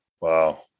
Wow